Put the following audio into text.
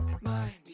mind